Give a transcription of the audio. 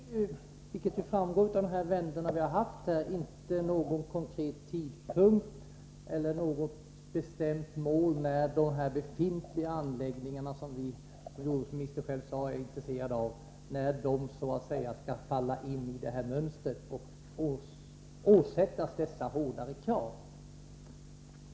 Herr talman! Vi får tydligen förvänta oss ganska mycket av aktionsgruppen mot försurning. Det finns inte — vilket framgår av de diskussioner vi har haft — något bestämt mål eller någon konkret tidpunkt fastställd när de befintliga anläggningarna, som vi och jordbruksministern själv är intresserade av, skall falla in i mönstret och åsättas hårdare krav.